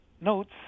notes